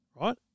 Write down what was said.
right